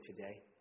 today